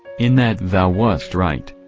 in that thou wast right.